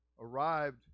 arrived